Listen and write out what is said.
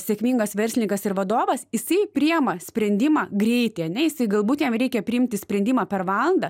sėkmingas verslininkas ir vadovas jisai priima sprendimą greitai ane jisai galbūt jam reikia priimti sprendimą per valandą